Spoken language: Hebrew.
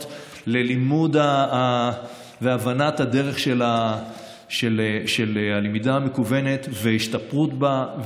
ללימוד והבנת הדרך של הלמידה המקוונת והשתפרות בה,